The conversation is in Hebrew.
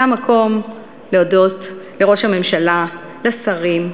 זה המקום להודות לראש הממשלה, לשרים,